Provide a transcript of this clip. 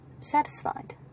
satisfied